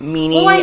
meaning